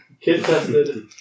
kid-tested